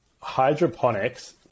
hydroponics